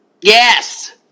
Yes